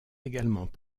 également